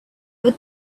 your